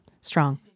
strong